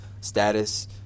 status